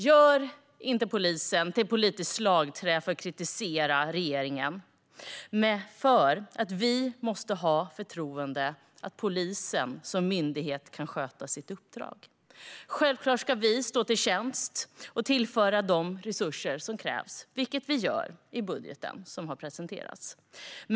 Gör inte polisen till ett politiskt slagträ för att kritisera regeringen, utan lita på att polisen som myndighet kan sköta sitt uppdrag. Självfallet ska vi stå till tjänst och tillföra de resurser som krävs, vilket också görs i den budget som har presenterats.